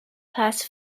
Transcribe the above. pass